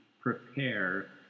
prepare